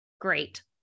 great